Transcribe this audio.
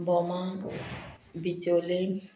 बोमा बिचोले